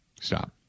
Stop